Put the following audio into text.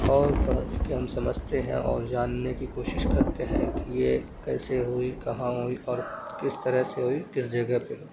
اور پرنتو کہ ہم سمجتھے ہیں اور جاننے کی کوشش کرتے ہیں کہ یہ کیسے ہوئی کہاں ہوئی اور کس طرح سے ہوئی کس جگہ پہ